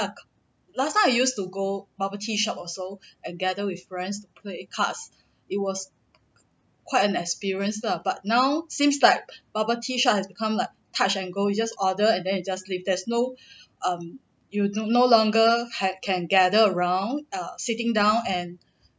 last time I used to go bubble tea shop also and gather with friends to play cards it was quite an experience lah but now seems like bubble tea shop has become like touch and go we just order and then you just leave there's no err you will no longer had can gather around err sitting down and